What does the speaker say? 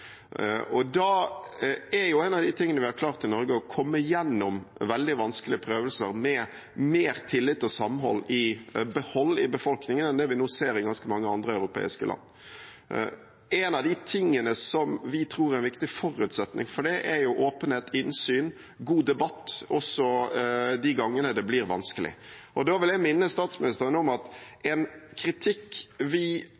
En av de tingene vi har klart i Norge, er å komme gjennom veldig vanskelige prøvelser med mer tillit og samhold i behold i befolkningen enn vi nå ser i ganske mange europeiske land. En av de tingene vi tror er en viktig forutsetning for det, er jo åpenhet, innsyn og en god debatt – også de gangene det blir vanskelig. Jeg vil minne statsministeren om at en kritikk vi